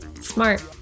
Smart